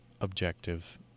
objective